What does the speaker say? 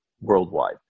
worldwide